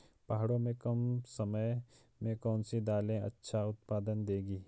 पहाड़ों में कम समय में कौन सी दालें अच्छा उत्पादन देंगी?